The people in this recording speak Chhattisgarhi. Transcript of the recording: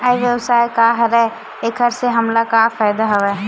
ई व्यवसाय का हरय एखर से हमला का फ़ायदा हवय?